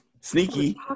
Sneaky